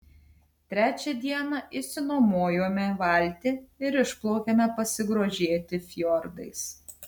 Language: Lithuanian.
trečią dieną išsinuomojome valtį ir išplaukėme pasigrožėti fjordais